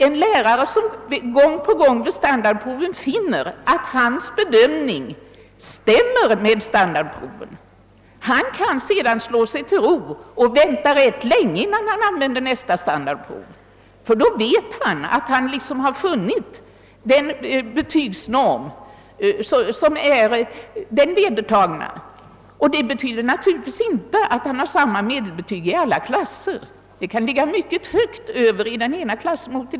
En lärare som gång på gång vid standardproven finner att hans bedömning stämmer med dem kan slå sig till ro och vänta rätt länge innan han nästa gång anordnar dylika prov. Han har tydligen funnit den betygsnorm som är vedertagen. Detta innebär naturligtvis inte att han bör komma fram till samma medelbetyg i alla klasser. Den ena klassen kan ligga mycket högt över den andra.